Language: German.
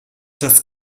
das